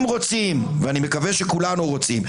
ואני מקווה שכולנו רוצים,